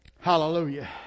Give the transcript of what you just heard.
Hallelujah